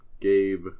Gabe